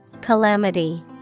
Calamity